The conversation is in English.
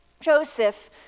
Joseph